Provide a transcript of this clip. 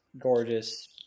gorgeous